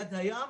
ליד הים,